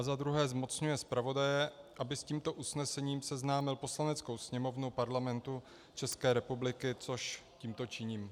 za druhé zmocňuje zpravodaje, aby s tímto usnesením seznámil Poslaneckou sněmovnu Parlamentu České republiky, což tímto činím.